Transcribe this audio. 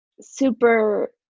super